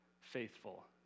faithful